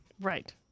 Right